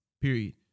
period